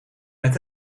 met